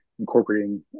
incorporating